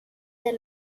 der